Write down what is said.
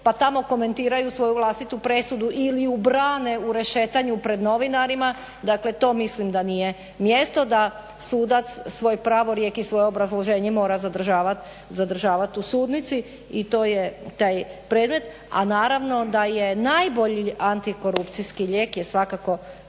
pa tamo komentiraju svoju vlastitu presudu ili ju brane u rešetanju pred novinarima, dakle to mislim da nije mjesto da sudac svoj pravorijek i svoje obrazloženje mora zadržavat u sudnici i to je taj predmet, a naravno da je najbolji antikorupcijski lijek svakako